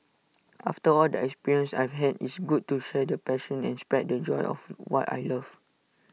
after all the experiences I've had it's good to share the passion and spread the joy of what I love